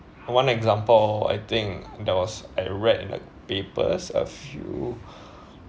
one example I think that was I read in the papers a few